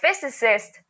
physicist